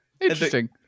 Interesting